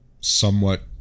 somewhat